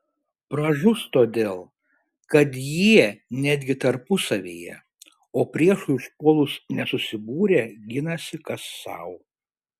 pražus todėl kad jie netgi tarpusavyje o priešui užpuolus nesusibūrę ginasi kas sau